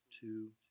two